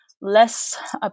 Less